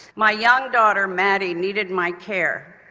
my young daughter maddy needed my care,